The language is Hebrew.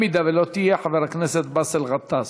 אם לא תהיה, חבר הכנסת באסל גטאס.